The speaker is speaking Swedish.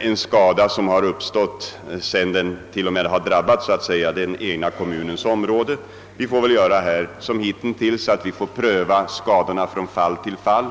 en skada som drabbat den egna kommunens område. Vi får väl då liksom vi hittills har gjort pröva skadorna från fall till fall.